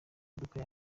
modoka